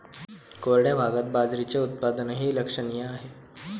कोरड्या भागात बाजरीचे उत्पादनही लक्षणीय आहे